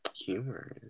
Humorous